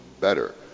better